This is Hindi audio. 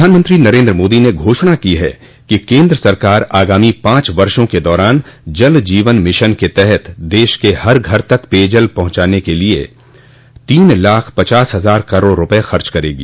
प्रधानमंत्री नरेन्द्र मोदी ने घाषणा की है कि केन्द्र सरकार आगामी पांच वषों के दौरान जल जीवन मिशन के तहत देश के हर घर तक पेय जल पहुंचाने के लिये तीन लाख पचास हजार करोड़ रुपये खर्च करेगी